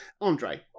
andre